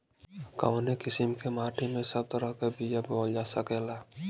कवने किसीम के माटी में सब तरह के बिया बोवल जा सकेला?